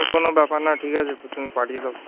তো কোনো ব্যাপার না ঠিক আছে তুমি পাঠিয়ে দাও